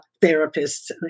therapists